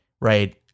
right